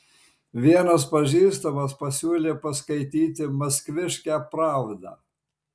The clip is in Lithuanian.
vienas pažįstamas pasiūlė paskaityti maskviškę pravdą